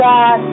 God